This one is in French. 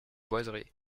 boiseries